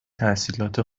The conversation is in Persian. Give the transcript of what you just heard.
تحصیلات